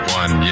one